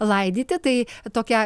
laidyti tai tokia